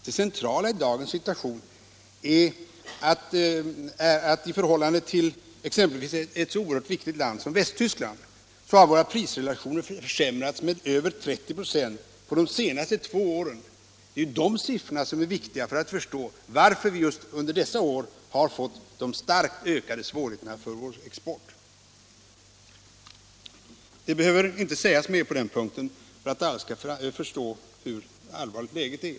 Det centrala i dagens situation är att man, vid en jämförelse med exempelvis ett så oerhört viktigt land som Västtyskland, måste konstatera att våra priser under de senaste två åren försämrats med över 30 ?6 i förhållande till de västtyska. Det är ju de siffrorna som är viktiga för att förstå varför vi just under dessa år har fått de starkt ökade svårigheterna för vår export. Det behövs inte sägas mer på den punkten för att alla skall förstå hur allvarligt läget är.